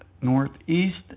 northeast